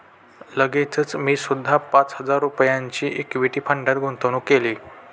लगेचच मी सुद्धा पाच हजार रुपयांची इक्विटी फंडात गुंतवणूक केली